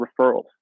referrals